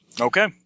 Okay